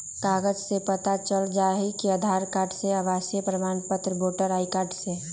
कागज से पता चल जाहई, आधार कार्ड से, आवासीय प्रमाण पत्र से, वोटर कार्ड से?